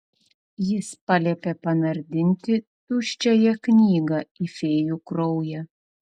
jis paliepė panardinti tuščiąją knygą į fėjų kraują